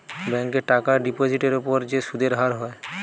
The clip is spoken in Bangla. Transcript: ব্যাংকে টাকার ডিপোজিটের উপর যে সুদের হার হয়